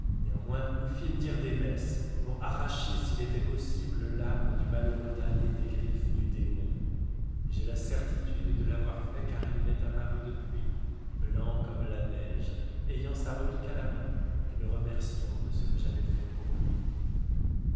néanmoins nous fîmes dire des messes pour arracher s'il était possible l'âme du malheureux damné des griffes du démon et j'ai la certitude de l'avoir fait car il m'est apparu depuis blanc comme la neige ayant sa relique à la main et me remerciant de ce que j'avais fait pour lui